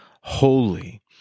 holy